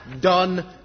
done